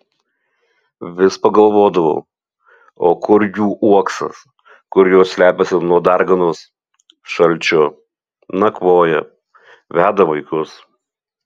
vis pagalvodavau o kur jų uoksas kur jos slepiasi nuo darganos šalčio nakvoja veda vaikus